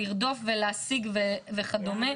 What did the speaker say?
לרדוף ולהשיג וכדומה,